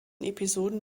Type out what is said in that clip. episoden